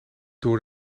door